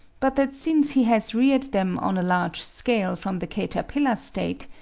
but that since he has reared them on a large scale from the caterpillar state,